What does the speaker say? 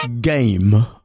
Game